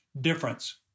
difference